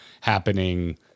happening